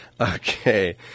Okay